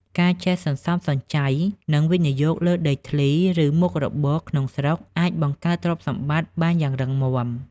ការចេះសន្សំសំចៃ និងវិនិយោគលើដីធ្លី ឬមុខរបរក្នុងស្រុក អាចបង្កើតទ្រព្យសម្បត្តិបានយ៉ាងរឹងមាំ។